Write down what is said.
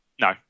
No